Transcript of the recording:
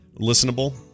listenable